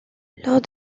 lors